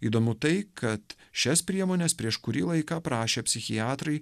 įdomu tai kad šias priemones prieš kurį laiką aprašę psichiatrai